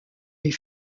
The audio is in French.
les